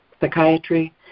Psychiatry